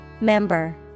Member